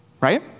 Right